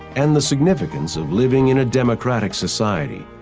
and the significance of living in a democratic society.